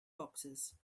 boxes